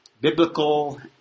biblical